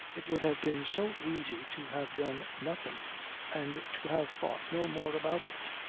it would have been so easy to have done nothing and to have thought no more about it.